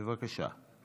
בבקשה.